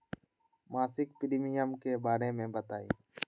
मासिक प्रीमियम के बारे मे बताई?